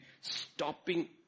stopping